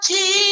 Jesus